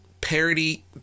parody